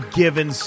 given